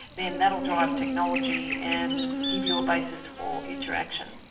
then that'll drive technology and give you a basis for future action.